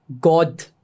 God